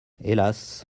hélas